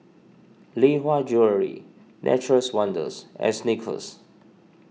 Lee Hwa Jewellery Nature's Wonders and Snickers